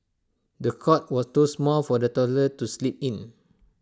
the cot was too small for the toddler to sleep in